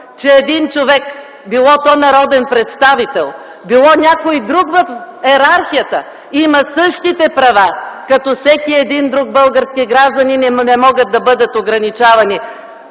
че един човек – било той народен представител, било някой друг в йерархията, има същите права като всеки един друг български гражданин и те не могат да бъдат ограничавани.